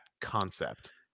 concept